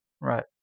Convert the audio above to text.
Right